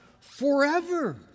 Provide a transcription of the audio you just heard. forever